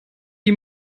die